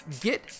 Get